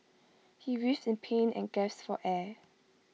he writhed in pain and gasped for air